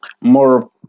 more